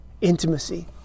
intimacy